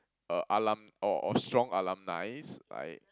uh alum~ or or strong alumnis right